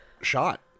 shot